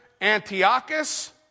Antiochus